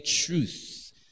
truth